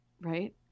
right